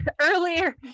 earlier